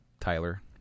Tyler